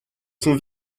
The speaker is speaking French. son